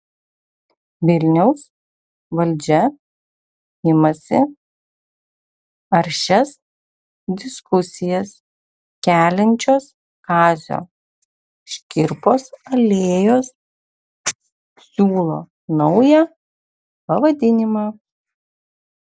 vilniaus valdžia imasi aršias diskusijas keliančios kazio škirpos alėjos siūlo naują pavadinimą